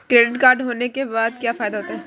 Credit card होने के क्या फायदे हैं?